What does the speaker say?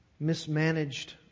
mismanaged